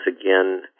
again